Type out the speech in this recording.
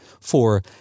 for